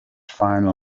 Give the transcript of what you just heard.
final